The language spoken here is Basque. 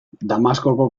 damaskoko